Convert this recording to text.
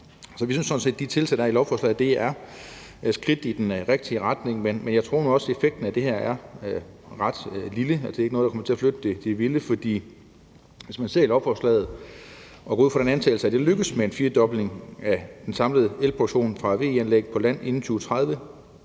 fornuftigt. Så vi synes sådan set, at de tiltag, der er i lovforslaget, er skridt i den rigtige retning, men jeg tror nu også, at effekten af det her er ret lille. Det er ikke noget, der kommer til at flytte det vilde, for hvis man ser i lovforslaget og går ud fra den antagelse, at det lykkes med en firdobling af den samlede elproduktion fra VE-anlæg på land inden 2030,